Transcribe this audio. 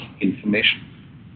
information